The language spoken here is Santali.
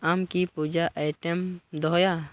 ᱟᱢᱠᱤ ᱯᱩᱡᱟ ᱟᱭᱴᱮᱢᱥ ᱫᱚᱦᱚᱭᱟ